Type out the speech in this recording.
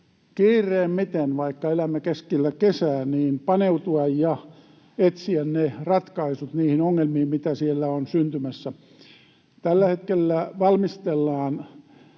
kiireimmiten — vaikka elämme keskellä kesää — paneutua ja etsiä ratkaisut niihin ongelmiin, mitä siellä on syntymässä. Tällä hetkellä valmistellaan